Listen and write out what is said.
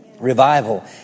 Revival